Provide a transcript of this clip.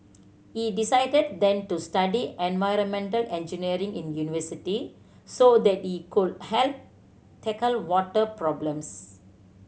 he decided then to study environmental engineering in university so that he could help tackle water problems